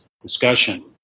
discussion